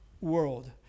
world